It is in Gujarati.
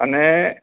અને